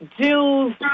Jews